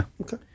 Okay